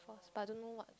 but I don't know what